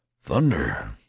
Thunder